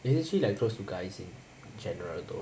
isn't she like close to guys in general though